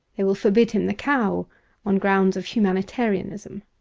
they will forbid him the cow on grounds of humani tarianism.